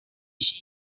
she